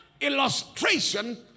illustration